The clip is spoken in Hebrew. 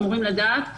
אמורים לארץ,